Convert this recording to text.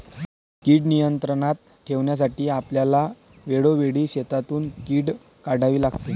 कीड नियंत्रणात ठेवण्यासाठी आपल्याला वेळोवेळी शेतातून कीड काढावी लागते